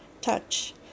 touch